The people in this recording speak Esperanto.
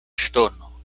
ŝtono